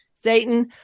Satan